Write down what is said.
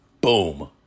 Boom